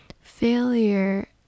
Failure